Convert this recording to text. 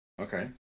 Okay